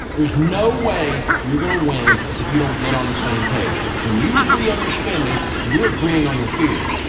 there's no way you're gonna win if you don't get on the same page. when you agree on your spending, you're agreeing on your fears.